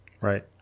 Right